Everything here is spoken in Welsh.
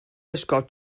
gwisgo